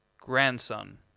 grandson